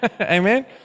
Amen